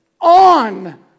on